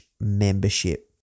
membership